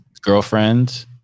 Girlfriends